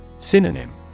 Synonym